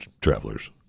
travelers